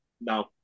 No